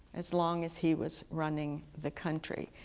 as long as he was running the country.